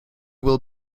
will